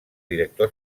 director